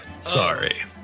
sorry